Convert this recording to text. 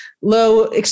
low